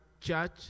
church